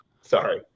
Sorry